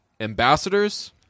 ambassadors